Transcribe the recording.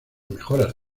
mejoras